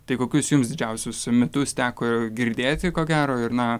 tai kokius jums didžiausius mitus teko girdėti ko gero ir na